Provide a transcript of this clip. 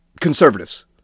conservatives